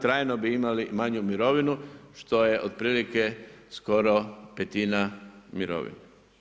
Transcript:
Trajno bi imali manju mirovinu što je otprilike skoro petina mirovine.